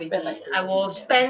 what's spend like crazy sia